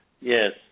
Yes